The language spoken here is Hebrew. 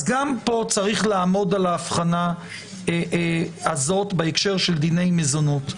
אז גם פה צריך לעמוד על ההבחנה הזאת בהקשר של דיני מזונות.